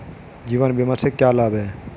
जीवन बीमा से क्या लाभ हैं?